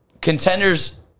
contenders